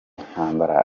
intambara